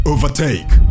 Overtake